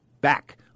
back